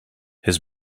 his